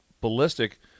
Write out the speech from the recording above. ballistic